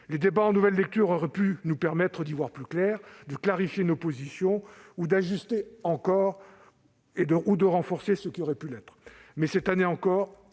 Les débats en nouvelle lecture auraient pu nous permettre d'y voir plus clair, de clarifier nos positions et d'ajuster ou de renforcer ce qui aurait pu l'être. Cette année encore